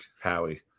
Howie